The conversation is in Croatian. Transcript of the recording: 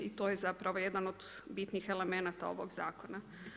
I to je zapravo jedan od bitnih elemenata ovog zakona.